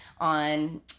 on